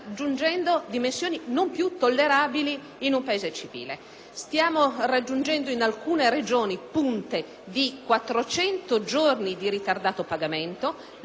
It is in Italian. Stiamo raggiungendo in alcune Regioni punte di 400 giorni di ritardato pagamento, e comunque la media nazionale tende ad essere di 300 giorni.